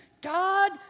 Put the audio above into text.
God